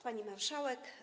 Pani Marszałek!